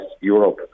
Europe